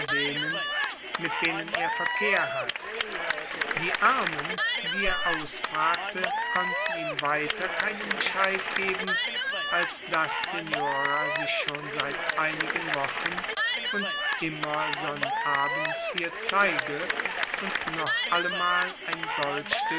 denen mit denen er verkehr hat die armen die er ausfragte konnten ihm weiter keinen bescheid geben als daß signora sich schon seit einigen wochen und immer sonnabends hier zeige und noch allemal ein